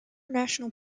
national